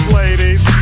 ladies